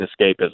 escapism